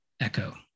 Echo